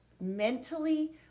mentally